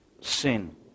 sin